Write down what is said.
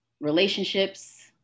relationships